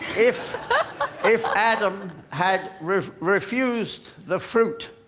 if if adam had refused the fruit